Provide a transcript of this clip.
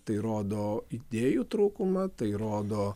tai rodo idėjų trūkumą tai rodo